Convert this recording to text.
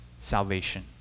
salvation